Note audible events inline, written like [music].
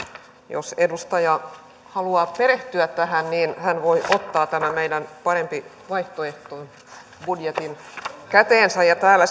jos edustaja haluaa perehtyä tähän niin hän voi ottaa tämän meidän parempi vaihtoehto budjettimme käteensä ja täällä [unintelligible]